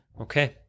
Okay